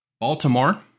Baltimore